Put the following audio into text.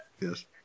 Yes